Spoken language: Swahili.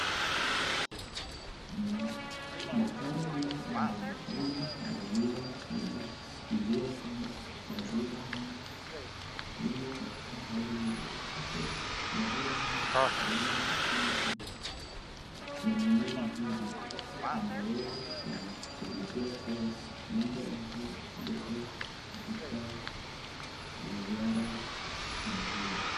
Daktari huyu anazipima maziwa ili kujua kwamba maziwa haya imo katika hali nzuri. Iwapo maziwa haya hayamo katika manini vizuri anaweza kulijua kuwa Ng'ombe yake haliko katika maziara mazuri.